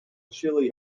chile